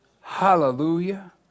Hallelujah